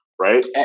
right